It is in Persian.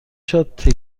شات